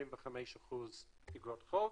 ו-85% אגרות חוב,